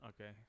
Okay